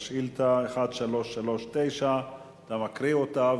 שאילתא 1339. אתה קורא אותה,